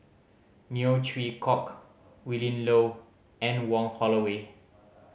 Neo Chwee Kok Willin Low Anne Wong Holloway